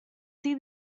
see